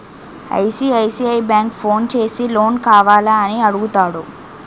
ICICI bank phone చేసి loan కావాల అని అడుగుతాడు